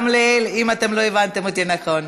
גמליאל, אם אתם לא הבנתם אותי נכון.